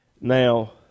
Now